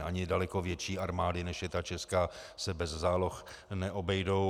Ani daleko větší armády, než je ta česká, se bez záloh neobejdou.